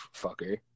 fucker